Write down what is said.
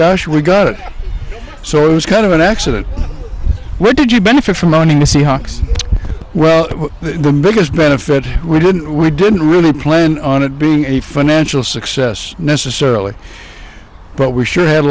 gosh we got it so it was kind of an accident where did you benefit from owning the seahawks well the biggest benefit we didn't we didn't really plan on it being a financial success necessarily but we s